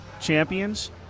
champions